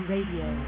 Radio